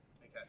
Okay